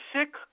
sick